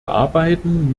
arbeiten